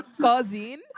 cousin